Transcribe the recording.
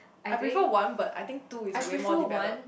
I prefer one but I think two is way more develop